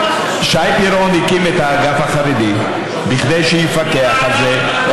שי פירון הקים את האגף החרדי כדי שיפקח על זה.